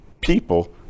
people